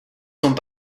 sont